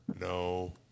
No